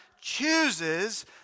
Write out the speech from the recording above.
chooses